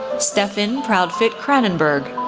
stefan proudfit kranenburg,